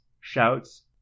shouts